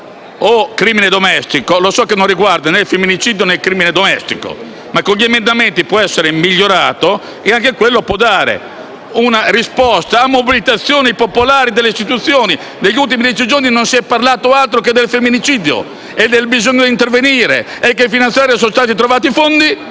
o crimine domestico. So che quest'ultimo non riguarda né il femminicidio né il crimine domestico ma con gli emendamenti può essere migliorato e anche quello può dare una risposta a mobilitazioni popolari delle istituzioni. Negli ultimi dieci giorni non si è parlato d'altro che del femminicidio, del bisogno di intervenire e della necessità di trovare fondi.